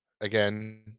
Again